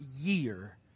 year